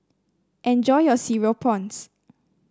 enjoy your Cereal Prawns